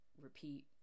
repeat